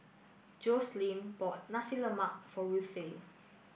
Joslyn bought Nasi Lemak for Ruthe